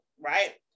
right